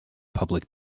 public